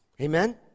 Amen